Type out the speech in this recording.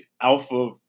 alpha